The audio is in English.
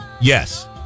Yes